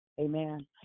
Amen